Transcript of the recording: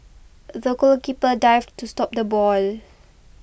the goalkeeper dived to stop the ball